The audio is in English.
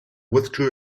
withdrew